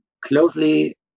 closely